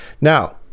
Now